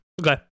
Okay